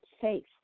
faith